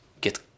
get